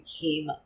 came